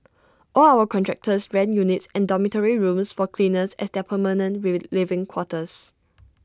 all our contractors rent units and dormitory rooms for cleaners as their permanent living quarters